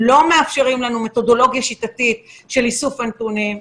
לא מאפשרים לנו מתודולוגיה שיטתית של איסוף נתונים.